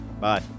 Bye